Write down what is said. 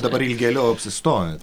dabar ilgėliau apsistojot